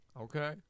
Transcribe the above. Okay